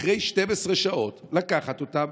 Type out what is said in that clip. אחרי 12 שעות לקחת אותם?